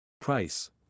Price